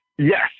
Yes